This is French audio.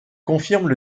confirment